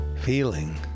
feeling